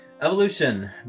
evolution